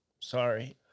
Sorry